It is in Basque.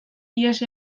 ihes